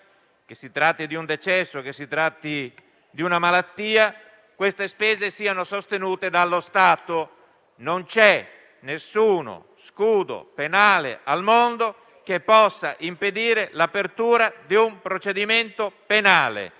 (che si tratti di un decesso o di una malattia), siano invece sostenute dallo Stato. Non c'è alcuno scudo penale al mondo che possa impedire l'apertura di un procedimento penale.